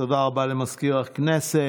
תודה רבה למזכיר הכנסת.